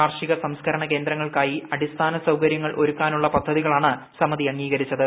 കാർഷിക സംസ്കരണ കേന്ദ്രങ്ങൾക്കായി അടിസ്ഥാന സൌകര്യങ്ങൾ ഒരുക്കാനുള്ള പദ്ധതികളാണ് സമിതി അംഗീകരിച്ചത്